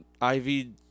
ivy